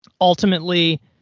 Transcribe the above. ultimately